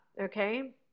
okay